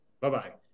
Bye-bye